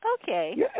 Okay